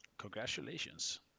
Congratulations